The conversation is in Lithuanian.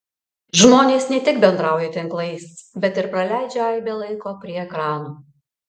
žmonės ne tik bendrauja tinklais bet ir praleidžia aibę laiko prie ekranų